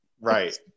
Right